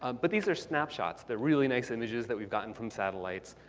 um but these are snapshots. they're really nice images that we've gotten from satellites.